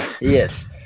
Yes